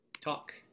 talk